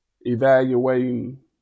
evaluating